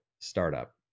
startup